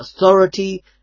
authority